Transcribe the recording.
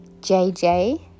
JJ